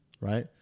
right